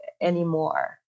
anymore